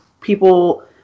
people